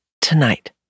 tonight